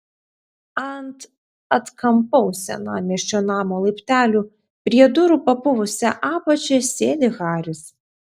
ant atkampaus senamiesčio namo laiptelių prie durų papuvusia apačia sėdi haris